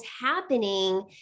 happening